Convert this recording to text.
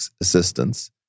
assistance